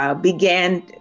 began